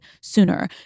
sooner